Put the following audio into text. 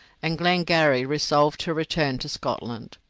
and glengarry resolved to return to scotland.